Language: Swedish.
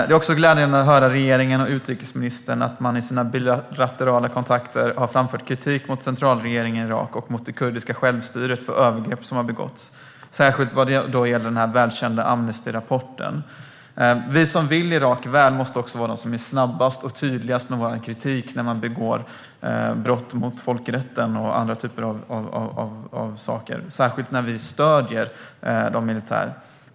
Det är också glädjande att höra att regeringen och utrikesministern i sina bilaterala kontakter har framfört kritik mot centralregeringen i Irak och det kurdiska självstyret för begångna övergrepp, särskilt vad gäller den välkända Amnestyrapporten. Vi som vill Irak väl måste också vara de som är snabbast och tydligast med vår kritik när man begår brott mot folkrätten och andra typer av brott, särskilt när vi stöder militären.